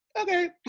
Okay